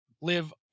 live